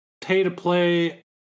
pay-to-play